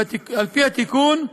על-פי התיקון,